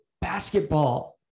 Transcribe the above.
Basketball